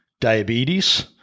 diabetes